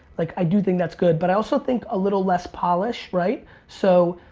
like i do think that's good, but i also think a little less polish, right? so,